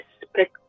respect